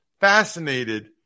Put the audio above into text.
Fascinated